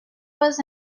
was